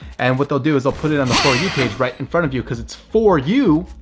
and what they'll do is they'll put it on the for you page right in front of you because it's for you.